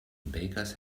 bakers